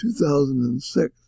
2006